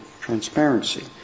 transparency